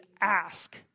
ask